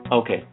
Okay